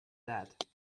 that